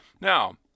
Now